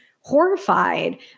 horrified